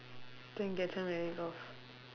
go and get her married off